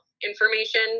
information